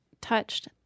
touched